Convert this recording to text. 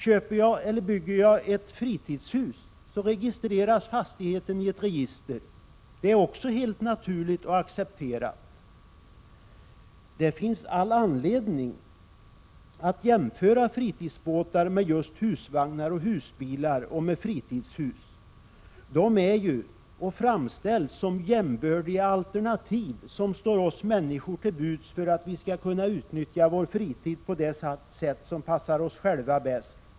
Om jag köper eller bygger ett fritidshus, registreras fastigheten i ett register. Också det är helt naturligt och accepterat. Det finns all anledning att jämföra fritidsbåtar med just husvagnar och husbilar och med fritidshus. De är och framställs också som jämbördiga alternativ som står oss människor till buds för att vi skall kunna utnyttja vår fritid på det sätt som passar oss själva bäst.